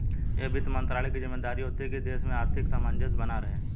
यह वित्त मंत्रालय की ज़िम्मेदारी होती है की देश में आर्थिक सामंजस्य बना रहे